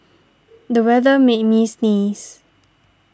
the weather made me sneeze